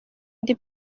ndi